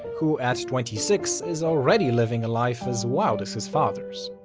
who at twenty six is already living a life as wild as his father's.